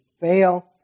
fail